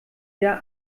ihr